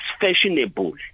fashionable